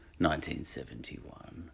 1971